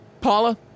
Paula